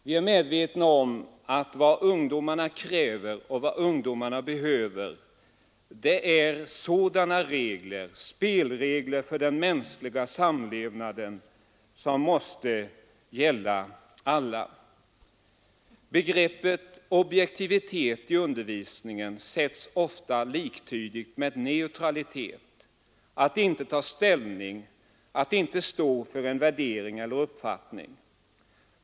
Vi är ju medvetna om att vad ungdomarna kräver och behöver är sådana spelregler för den mänskliga samlevnaden som måste gälla alla. Begreppet objektivitet i undervisningen sätts ofta liktydigt med neutralitet, att inte ta ställning, att inte stå för en värdering eller en uppfattning.